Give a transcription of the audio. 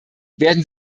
werden